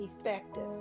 effective